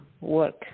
work